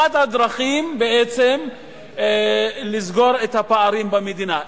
אחת הדרכים בעצם לסגור את הפערים במדינה.